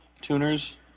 tuners